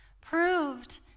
proved